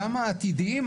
גם העתידיים,